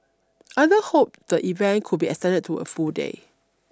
other hoped the event could be extended to a full day